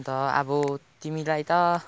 अन्त अब तिमीलाई त